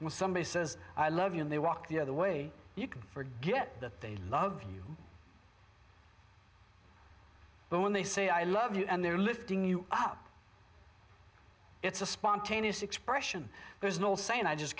when somebody says i love you and they walk the other way you can forget that they love you but when they say i love you and they're lifting you up it's a spontaneous expression there's no saying i just